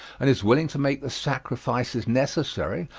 and is willing to make the sacrifices necessary,